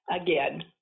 again